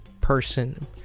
person